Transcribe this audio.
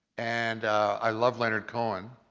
and i love leonard cohen,